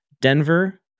Denver